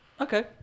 Okay